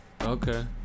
Okay